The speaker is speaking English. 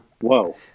whoa